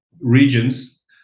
regions